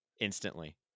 instantly